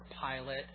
pilot